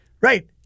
Right